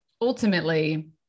ultimately